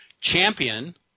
champion